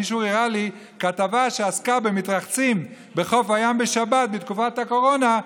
מישהו הראה לי כתבה שעסקה במתרחצים בחוף הים בשבת בתקופת הקורונה,